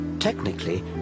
Technically